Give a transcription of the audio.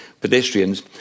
pedestrians